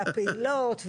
והפעילות,